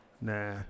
nah